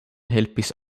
helpis